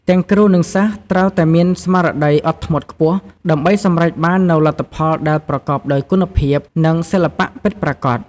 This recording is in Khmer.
ទាំងគ្រូ និងសិស្សត្រូវតែមានស្មារតីអត់ធ្មត់ខ្ពស់ ដើម្បីសម្រេចបាននូវលទ្ធផលដែលប្រកបដោយគុណភាព និងសិល្បៈពិតប្រាកដ។